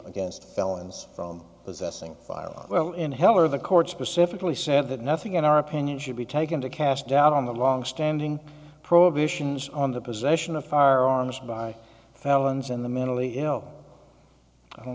against felons from possessing firearms well in heller of the court specifically said that nothing in our opinion should be taken to cast doubt on the longstanding prohibitions on the possession of firearms by fallon's and the mentally ill i don't